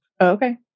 Okay